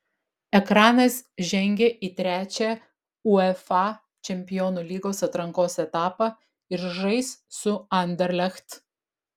ekranas žengė į trečią uefa čempionų lygos atrankos etapą ir žais su anderlecht